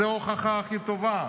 זאת ההוכחה הכי טובה.